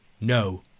No